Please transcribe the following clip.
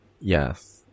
yes